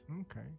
Okay